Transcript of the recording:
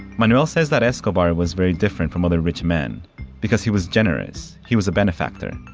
manuel says that escobar was very different from other rich men because he was generous, he was a benefactor.